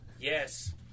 Yes